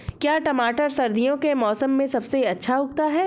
क्या टमाटर सर्दियों के मौसम में सबसे अच्छा उगता है?